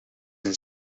een